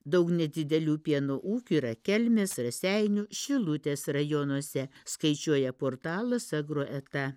daug nedidelių pieno ūkių yra kelmės raseinių šilutės rajonuose skaičiuoja portalas agroeta